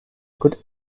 good